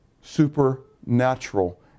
Supernatural